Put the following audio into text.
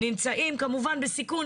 נמצאים כמובן בסיכון,